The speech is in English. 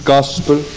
Gospel